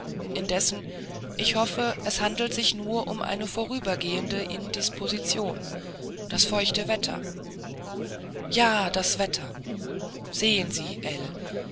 indessen ich hoffe es handelt sich nur um eine vorübergehende indisposition das feuchte wetter ja das wetter sehen sie